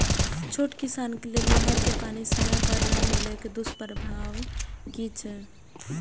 छोट किसान के लेल नहर के पानी समय पर नै मिले के दुष्प्रभाव कि छै?